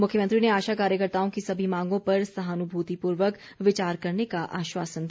मुख्यमंत्री ने आशा कार्यकर्ताओं की सभी मांगों पर सहानुभूतिपूर्वक विचार करने का आश्वासन दिया